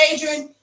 Adrian